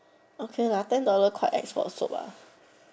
okay lah ten dollar quite ex for soup ah